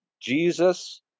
Jesus